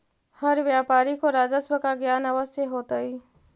हर व्यापारी को राजस्व का ज्ञान अवश्य होतई